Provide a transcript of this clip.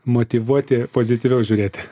motyvuoti pozityviau žiūrėti